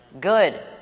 Good